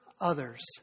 others